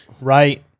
Right